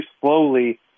slowly